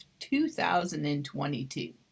2022